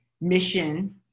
mission